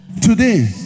Today